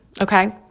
okay